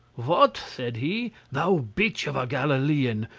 what! said he, thou bitch of a galilean,